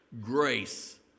Grace